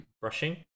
brushing